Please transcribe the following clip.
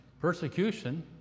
persecution